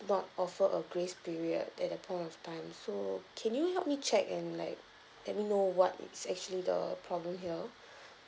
not offer a grace period at that point of time so can you help me check and like let me know what it's actually the problem here